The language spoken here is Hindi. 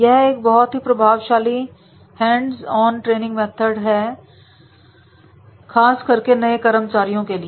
यह एक बहुत ही प्रभावशाली हैंड्स ऑन ट्रेनिंग मेथड है खास करके नए कर्मचारियों के लिए